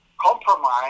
compromise